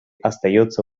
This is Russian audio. остается